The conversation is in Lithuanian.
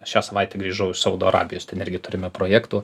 šią savaitę grįžau iš saudo arabijos ten irgi turime projektų